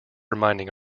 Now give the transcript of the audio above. reminding